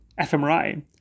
fMRI